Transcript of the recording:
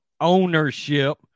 ownership